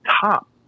top